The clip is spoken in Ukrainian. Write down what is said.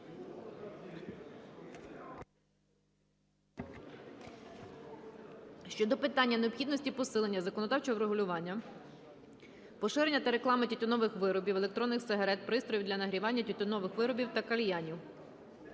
щодо питання необхідності посилення законодавчого врегулювання поширення та реклами тютюнових виробів, електронних сигарет, пристроїв для нагрівання тютюнових виробів та кальянів.